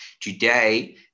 Today